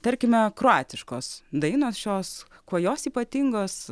tarkime kroatiškos dainos šios kuo jos ypatingos